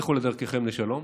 לכו לדרככם לשלום,